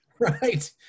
right